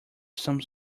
some